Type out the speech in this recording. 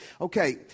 Okay